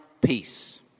peace